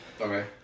Okay